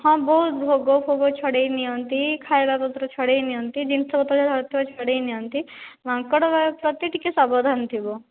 ହଁ ବହୁତ ଭୋଗ ଫୋଗ ଛଡ଼େଇ ନିଅନ୍ତି ଖାଇବା ପତ୍ର ଛଡ଼ାଇ ନିଅନ୍ତି ଜିନିଷ ପତ୍ର ଯିଏ ଧରିଥିବ ଛଡ଼ାଇ ନିଅନ୍ତି ମାଙ୍କଡ଼ ପ୍ରତି ଟିକେ ସାବଧାନ ଥିବ